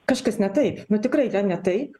kažkas ne taip nu tikrai ten ne taip